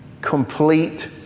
complete